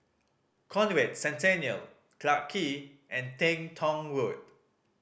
Conrad Centennial Clarke Quay and Teng Tong Road